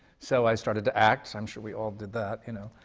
so i started to act. i'm sure we all did that, you know.